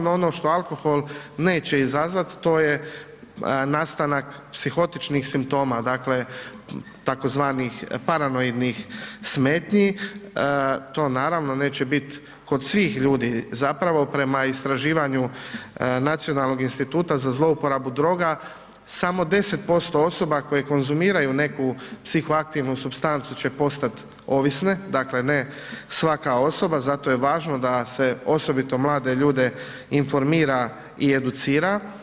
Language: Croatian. No ono što alkohol neće izazvat to je nastanak psihotičnih simptoma, dakle tzv. paranoidnih smetnji, to naravno neće bit kod svih ljudi, zapravo prema istraživanju Nacionalnog instituta za zlouporabu droga samo 10% osoba koje konzumiraju neku psihoaktivnu supstancu će postat ovisne, dakle ne svaka osoba, zato je važno da se, osobito mlade ljude informira i educira.